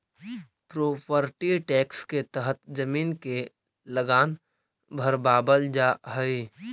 property tax के तहत जमीन के लगान भरवावल जा हई